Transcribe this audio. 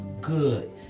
good